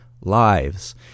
lives